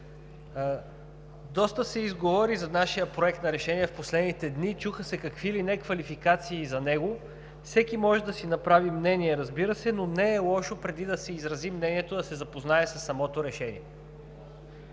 доста се изговори за нашия проект за решение в последните дни. Чуха се какви ли не квалификации за него. Всеки може да изрази мнение, разбира се, но не е лошо преди да го изрази, да се запознае със самото решение.